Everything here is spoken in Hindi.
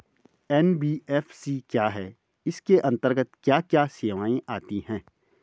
एन.बी.एफ.सी क्या है इसके अंतर्गत क्या क्या सेवाएँ आती हैं?